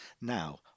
Now